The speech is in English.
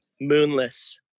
moonless